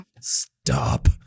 Stop